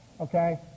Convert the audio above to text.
okay